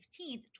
15th